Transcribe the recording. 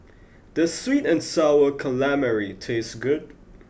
does sweet and sour calamari taste good